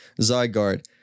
Zygarde